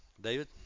David